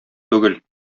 түгел